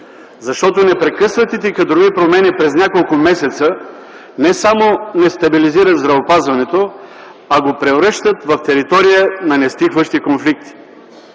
защото непрекъснатите и кадрови промени през няколко месеца не само не стабилизират здравеопазването, а го превръщат в територия на нестихващи конфликти.